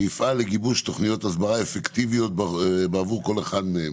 ויפעל לגיבוש תוכניות הסברה אפקטיביות בעבור כל אחד מהם.